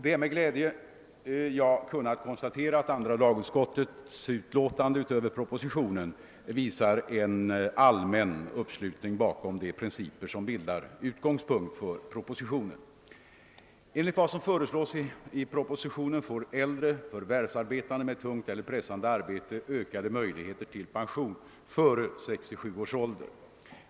Det är med glädje jag kunnat konstatera att andra lagutskottets utlåtande över propositionen visar en allmän uppslutning bakom de principer som bildar utgångspunkt för propositionen. Enligt vad som föreslås i propositionen får äldre förvärvsarbetande med tungt eller pressande arbete ökade möjligheter till pension före 67 års ålder.